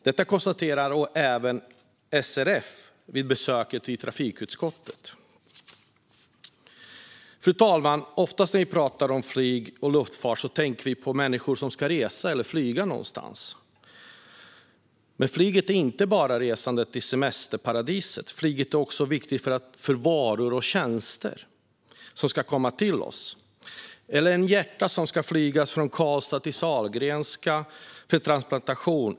Detta konstaterade även SRF vid besöket i trafikutskottet. Fru talman! Oftast när vi pratar om flyg och luftfart tänker vi på människor som ska flyga någonstans, men flyget är inte bara till för resandet till semesterparadiset. Flyget är också viktigt för varor och tjänster som ska komma till oss. Det är viktigt när ett hjärta ska flygas från Karlstad till Sahlgrenska för transplantation.